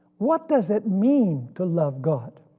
what does it mean to love god?